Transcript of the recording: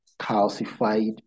calcified